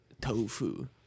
tofu